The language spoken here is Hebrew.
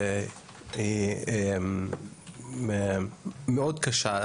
היא מאוד קשה,